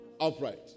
Upright